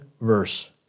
verse